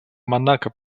монако